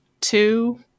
two